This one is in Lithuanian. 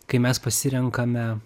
kai mes pasirenkame